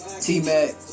T-Mac